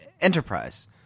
Enterprise